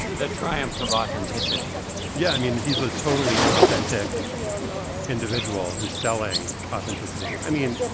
that triumph of authenticity yeah, i mean, he's a totally an authentic individual who's selling authenticity. i mean,